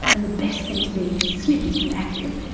and the best thing to be is slim and active,